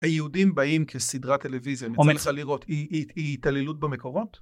היהודים באים כסדרה טלוויזיה, היא התעללות במקורות?